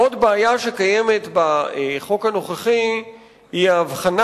עוד בעיה שקיימת בחוק הנוכחי היא ההבחנה